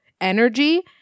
energy